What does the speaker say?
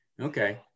Okay